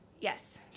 Yes